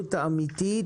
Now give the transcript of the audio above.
הזדמנות אמיתית